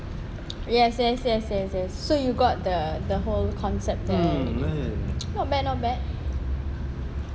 yes yes yes yes yes so you got the the whole concept then not bad not bad